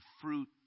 fruit